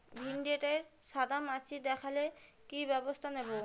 ভিন্ডিতে সাদা মাছি দেখালে কি ব্যবস্থা নেবো?